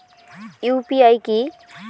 UPI কি?